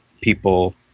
people